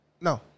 No